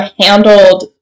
handled